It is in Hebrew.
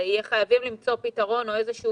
לצד זה נהיה חייבים למצוא פתרון או איזשהו